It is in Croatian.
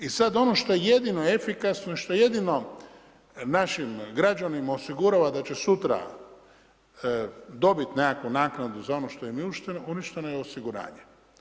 I sada ono što je jedino efikasno, što jedino našim građanima osigurava da će sutra dobiti nekakvu naknadu, za ono što je uništeno je osiguranje.